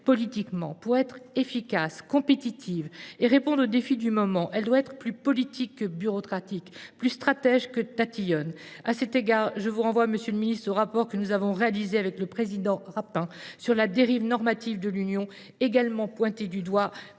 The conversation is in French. politiquement. Pour être efficace, compétitive et répondre aux défis du moment, elle doit être plus politique que bureaucratique, plus stratège que tatillonne. À cet égard, je vous renvoie, monsieur le ministre, au rapport que nous avons réalisé avec le président Rapin sur la dérive normative de l’Union, également pointée du doigt